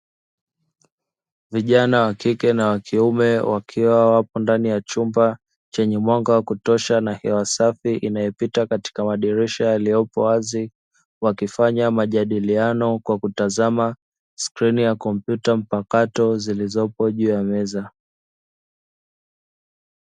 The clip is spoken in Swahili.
Vijana wakike na wakiume wakiwa wapo ndani ya chumba chenye mwanga wakutosha na hewa safi, inayopita katika madirisha yaliyopowazi wakifanya majadiliano kwa kutazama skrini ya kompyuta mpakato zilizopo juu ya meza.